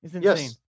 Yes